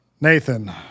Nathan